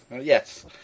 yes